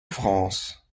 france